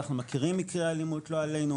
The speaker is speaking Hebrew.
ואנחנו מקרי אלימות לא עלינו,